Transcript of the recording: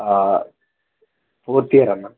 fourth year Anna